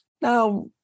Now